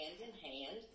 hand-in-hand